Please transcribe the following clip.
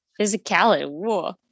physicality